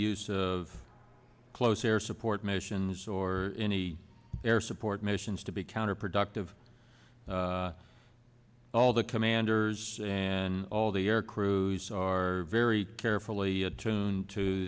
use of close air support missions or any air support missions to be counterproductive all the commanders and all the air crews are very carefully attuned to